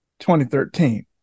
2013